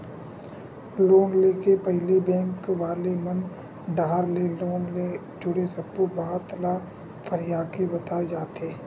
loan ले के पहिली बेंक वाले मन डाहर ले लोन ले जुड़े सब्बो बात ल फरियाके बताए जाथे